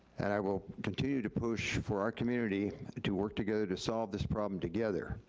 and i will continue to push for our community to work together to solve this problem together.